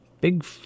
big